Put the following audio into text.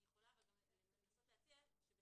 אני יכולה לנסות להציע שב-12(2),